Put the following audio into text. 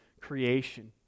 creation